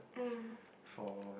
mm